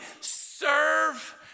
serve